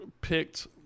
picked